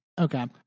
okay